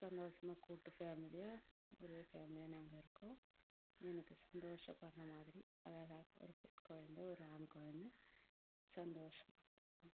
சந்தோஷமாக கூட்டு ஃபேமிலியாக ஒரே ஃபேமிலியாக நாங்கள் இருக்கோம் எனக்கு சந்தோஷப்படுற மாதிரி அழகாக ஒரு பெண் கொழந்தை ஒரு ஆண் கொழந்தை சந்தோஷமாக இருக்கோம்